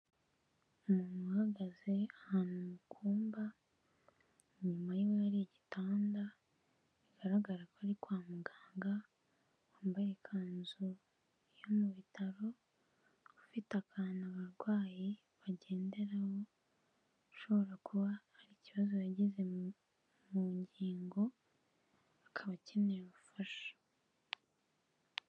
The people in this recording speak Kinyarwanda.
Umuntu uhagaze ahantu mu kumba, inyuma yiwe hari igitanda, bigaragara ko ari kwa muganga, wambaye ikanzu yo mu bitaro, ufite akantu abarwayi bagenderaho, ushobora kuba hari ikibazo yagize mu ngingo, akaba akeneye ubufasha.